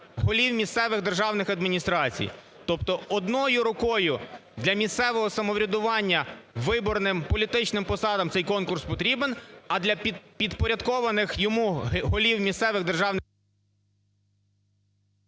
голів місцевих державних адміністрацій. Тобто однією рукою для місцевого самоврядування виборним політичним посадам цей конкурс потрібен, а для підпорядкованих йому голів місцевих державних…